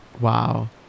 Wow